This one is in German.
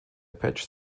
patch